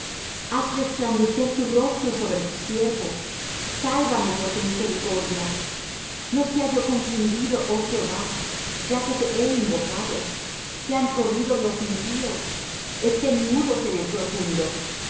haz resplandecer tu rostro sobre tu siervo sálvame por tu misericordia no sea yo confundido oh jehová ya que te he invocado sean corridos los impíos estén mudos en el profundo